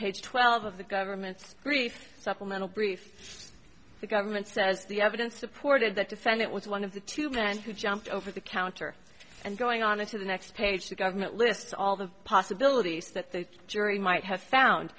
page twelve of the government's brief supplemental briefs the government says the evidence supported that defendant was one of the two men who jumped over the counter and going on to the next page the government lists all the possibilities that the jury might have found